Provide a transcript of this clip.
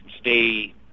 stay